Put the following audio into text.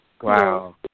Wow